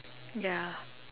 ya